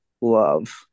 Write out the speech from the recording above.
love